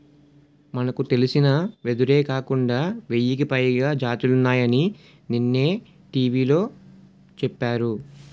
మనకు తెలిసిన వెదురే కాకుండా వెయ్యికి పైగా జాతులున్నాయని నిన్ననే టీ.వి లో చెప్పారు